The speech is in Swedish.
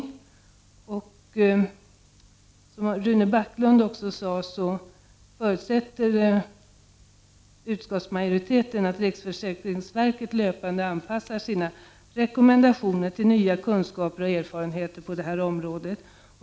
Som också Rune Backlund sade förutsätter utskottsmajoriteten att riksförsäkringsverket löpande anpassar sina rekommendationer till nya kunskaper och erfarenheter på området.